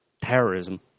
terrorism